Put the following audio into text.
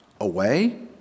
away